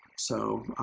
so,